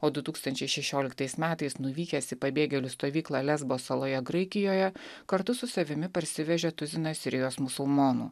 o du tūkstančiai šešioliktais metais nuvykęs į pabėgėlių stovyklą lesbos saloje graikijoje kartu su savimi parsivežė tuziną sirijos musulmonų